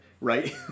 right